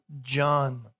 John